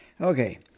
Okay